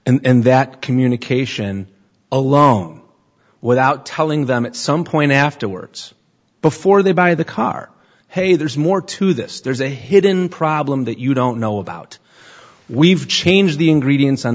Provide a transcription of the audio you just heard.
and that communication alone without telling them at some point afterwards before they buy the car hey there's more to this there's a hidden problem that you don't know about we've changed the ingredients on